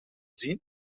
zien